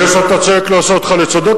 זה שאתה צועק לא עושה אותך לצודק,